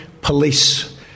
police